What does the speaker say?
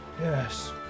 Yes